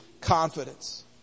confidence